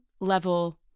level